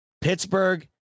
Pittsburgh